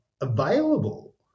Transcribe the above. available